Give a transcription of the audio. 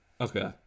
Okay